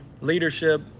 leadership